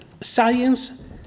science